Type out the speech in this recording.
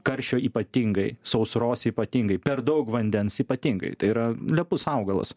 karščio ypatingai sausros ypatingai per daug vandens ypatingai tai yra lepus augalas